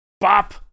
Bop